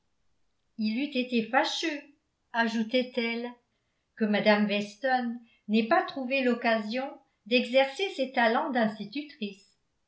il eût été fâcheux ajoutait-elle que mme weston n'ait pas trouvé l'occasion d'exercer ses talents d'institutrice